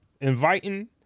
inviting